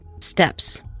Steps